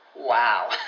Wow